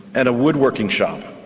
and a woodworking shop.